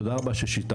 תודה רבה ששיתפתם.